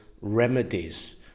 remedies